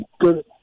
good